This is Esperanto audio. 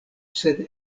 sed